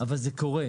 אבל זה קורה,